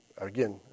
Again